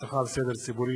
אבטחה וסדר ציבורי),